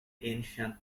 ancient